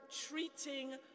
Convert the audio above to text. treating